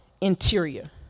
interior